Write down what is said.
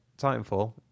Titanfall